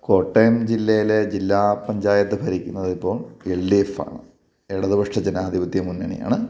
കോട്ടയം ജില്ലയിലെ ജില്ലാ പഞ്ചായത്ത് ഭരിക്കുന്നത് ഇപ്പം എൽ ഡി എഫാണ് ഇടതുപക്ഷ ജനാധിപത്യ മുന്നണിയാണ്